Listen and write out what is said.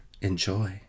Enjoy